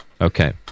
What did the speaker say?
Okay